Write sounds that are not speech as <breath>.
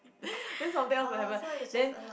<breath> then something else will happen then